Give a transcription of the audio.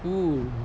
!ooh!